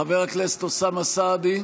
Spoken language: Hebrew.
חבר הכנסת אוסאמה סעדי,